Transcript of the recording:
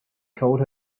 called